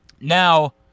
now